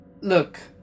look